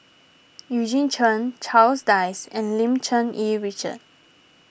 Eugene Chen Charles Dyce and Lim Cherng Yih Richard